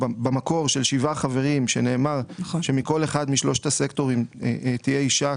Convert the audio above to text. במקור של שבעה חברים שנאמר שמכל אחד משלושת הסקטורים תהיה אישה.